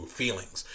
feelings